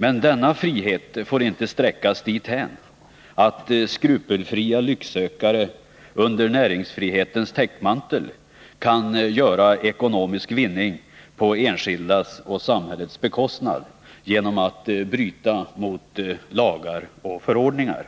Men denna frihet får inte sträckas dithän att skrupelfria lycksökare under näringsfrihetens täckmantel kan göra ekonomisk vinning på enskildas och samhällets bekostnad genom att bryta mot lagar och förordningar.